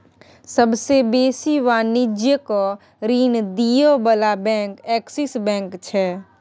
सबसे बेसी वाणिज्यिक ऋण दिअ बला बैंक एक्सिस बैंक छै